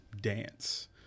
dance